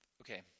Okay